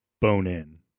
bone-in